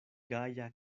gaja